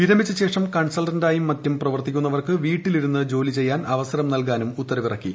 വിരമിച്ച ശേഷം കൺസൾട്ടന്റായും മറ്റും പ്രവർത്തിക്കുന്നവർക്ക് വീട്ടിലിരുന്ന് ജോലി ചെയ്യാൻ അവസരം നൽകാനും ഉത്തരവിറക്കി